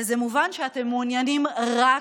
וזה מובן שאתם מעוניינים רק בה.